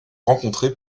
rencontrées